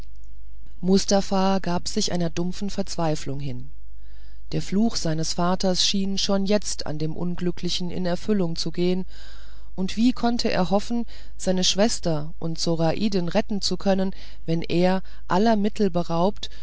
mustafa gab sich einer dumpfen verzweiflung hin der fluch seines vaters schien schon jetzt an dem unglücklichen in erfüllung zu gehen und wie konnte er hoffen seine schwester und zoraiden retten zu können wenn er aller mittel beraubt